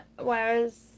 Whereas